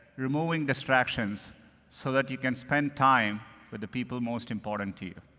removing distractions so that you can spend time with the people most important to you,